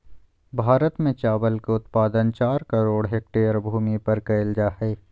भारत में चावल के उत्पादन चार करोड़ हेक्टेयर भूमि पर कइल जा हइ